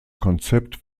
konzept